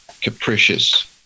capricious